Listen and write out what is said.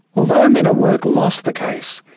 although men at work lost the case,